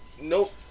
Nope